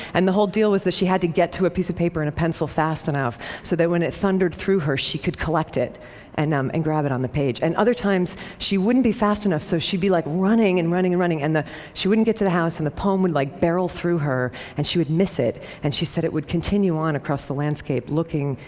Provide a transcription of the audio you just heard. and the whole deal was that she had to get to a piece of paper and a pencil fast enough so that when it thundered through her, she could collect it and um and grab it on the page. and other times she wouldn't be fast enough, so she'd be like running and running, and she wouldn't get to the house and the poem would like barrel through her and she would miss it and she said it would continue on across the landscape, looking,